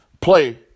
play